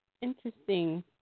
interesting